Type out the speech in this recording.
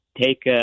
take